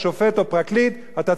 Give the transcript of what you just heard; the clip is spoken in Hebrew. ואתה תעמוד למשפט הציבור.